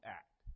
act